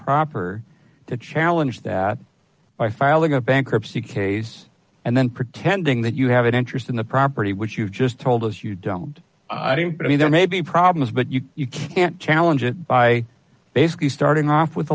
proper to challenge that by filing a bankruptcy case and then pretending that you have an interest in the property which you just told us you don't i mean there may be problems but you can't challenge it by basically starting off with